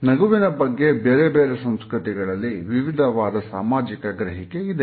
ನಗುವಿನ ಬಗ್ಗೆ ಬೇರೆ ಬೇರೆ ಸಂಸ್ಕೃತಿಗಳಲ್ಲಿ ವಿವಿಧವಾದ ಸಾಮಾಜಿಕ ಗ್ರಹಿಕೆ ಇದೆ